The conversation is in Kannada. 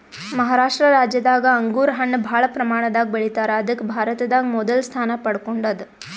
ಮಹಾರಾಷ್ಟ ರಾಜ್ಯದಾಗ್ ಅಂಗೂರ್ ಹಣ್ಣ್ ಭಾಳ್ ಪ್ರಮಾಣದಾಗ್ ಬೆಳಿತಾರ್ ಅದಕ್ಕ್ ಭಾರತದಾಗ್ ಮೊದಲ್ ಸ್ಥಾನ ಪಡ್ಕೊಂಡದ್